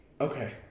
okay